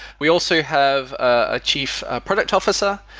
we also have a chief product officer,